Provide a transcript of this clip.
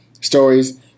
stories